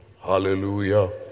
Hallelujah